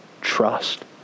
trust